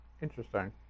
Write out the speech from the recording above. Interesting